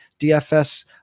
DFS